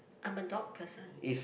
I'm a dog person